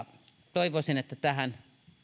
toivoisin että tähän